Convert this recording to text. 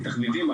תחביבים,